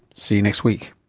see you next week